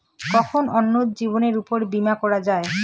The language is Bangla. কখন অন্যের জীবনের উপর বীমা করা যায়?